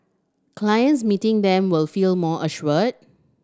clients meeting them will feel more assured